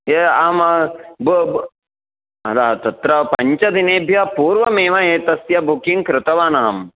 य अहम् तत्र पञ्चदिनेभ्यः पूर्वमेव एतस्य बुकिङ्ग् कृतवान् अहम्